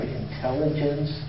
intelligence